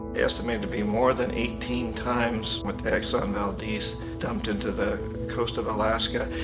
estimated to be more than eighteen times what the exxon valdez dumped into the coast of alaska.